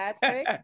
Patrick